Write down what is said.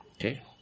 okay